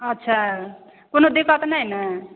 अच्छा कोनो दिक़्क़त नहि ने